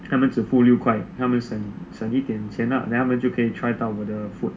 他们只付六块他们省一点钱 lah then 他们就可以 try 到我的